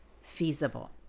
feasible